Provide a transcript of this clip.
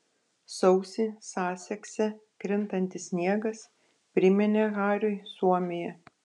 sausį sasekse krintantis sniegas priminė hariui suomiją